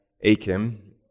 Achim